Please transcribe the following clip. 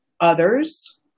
others